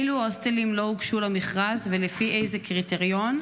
1. אילו הוסטלים לא הוגשו למכרז ולפי איזה קריטריון?